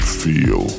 feel